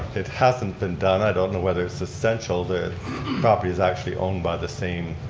it hasn't been done. i don't know whether it's essential. the property is actually owned by the same